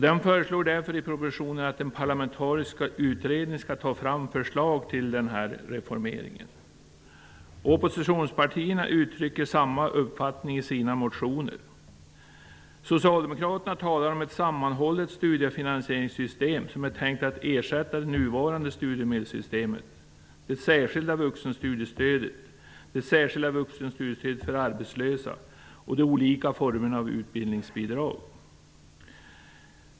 Det föreslås därför i propositionen att en parlamentarisk utredning skall ta fram förslag till reformering. Oppositionspartierna uttrycker samma uppfattning i sina motioner. Socialdemokraterna talar om ett sammanhållet studiefinansieringssystem som är tänkt att ersätta det nuvarande studiemedelssystemet, det särskilda vuxenstudiestödet, det särskilda vuxenstudiestödet för arbetslösa och de olika formerna av utbildningsbidrag.